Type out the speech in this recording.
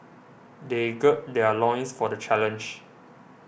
they gird their loins for the challenge